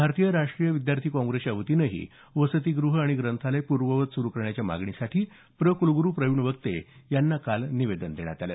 भारतीय राष्ट्रीय विद्यार्थी काँग्रेसच्या वतीनंही वसतीगृह आणि ग्रंथालय पूर्ववत सुरु करण्याच्या मागणीसाठी प्र कुलगुरु प्रवीण वक्ते यांना काल निवेदन देण्यात आलं